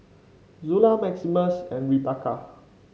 Zula Maximus and Rebekah